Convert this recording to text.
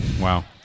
Wow